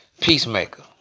Peacemaker